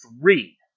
three